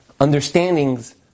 understandings